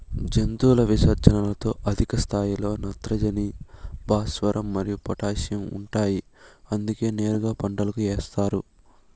జంతువుల విసర్జనలలో అధిక స్థాయిలో నత్రజని, భాస్వరం మరియు పొటాషియం ఉంటాయి అందుకే నేరుగా పంటలకు ఏస్తారు